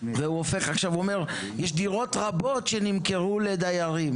הוא אומר שיש דירות רבות שנמכרו לדיירים